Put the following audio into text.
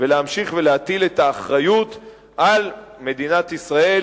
ולהמשיך ולהטיל את האחריות על מדינת ישראל,